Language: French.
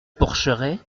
porcheraie